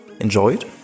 enjoyed